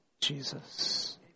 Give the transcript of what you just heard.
Jesus